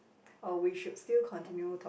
or we should still continue talk